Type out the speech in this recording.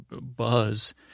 buzz